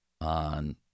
on